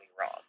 wrong